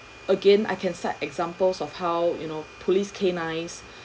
again I can set examples of how you know police canines